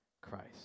Christ